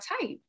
type